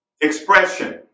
Expression